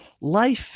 life